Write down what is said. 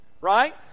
right